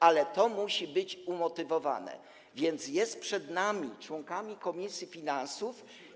Ale to musi być umotywowane, więc jest przed nami, członkami komisji finansów.